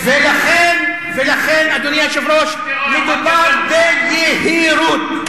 ולכן, אדוני היושב-ראש, מדובר ביהירות.